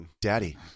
daddy